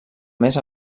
més